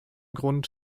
grund